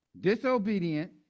disobedient